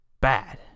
bad